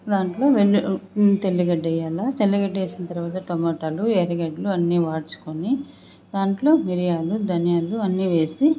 దాంట్లో వెల్ తెల్లగడ్డ వెయ్యాల తెల్లగడ్డ వేసిన తరువాత టమోటాలు ఎర్రగడ్డలు అన్నీ వాడ్చుకొని దాంట్లో మిరియాలు ధనియాలు అన్నీ వేసి